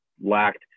lacked –